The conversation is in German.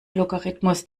logarithmus